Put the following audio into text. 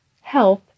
health